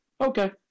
Okay